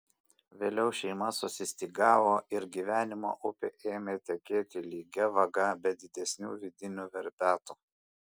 vėliau šeima susistygavo ir gyvenimo upė ėmė tekėti lygia vaga be didesnių vidinių verpetų